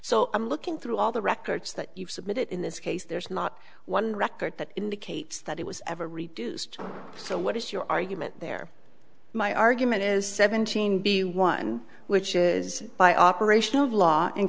so i'm looking through all the records that you've submitted in this case there's not one record that indicates that it was ever reduced so what is your argument there my argument is seventeen b one which is by operation of law